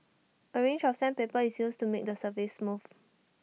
A range of sandpaper is used to make the surface smooth